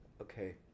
okay